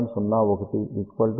01 0